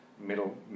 middle